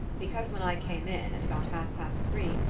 because when i came in, at about half-past three,